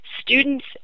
students